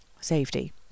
safety